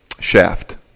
shaft